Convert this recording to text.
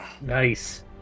Nice